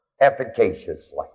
efficaciously